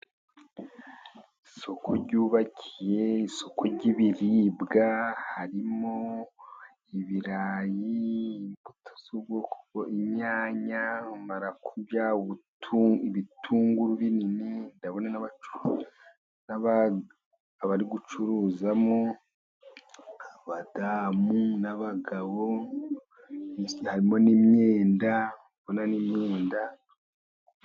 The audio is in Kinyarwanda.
Isoko ryubakiye, isoko ry'ibiribwa. Harimo ibirayi, imbuto, z'ubwoko bwose. Inyanya, marakuca, ibitunguru binini, ndabona n'abari gucuruzamo. Abadamu, n'abagabo harimo n'imyenda, ndi kubona n' imyenda.